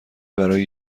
برای